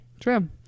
True